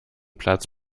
platz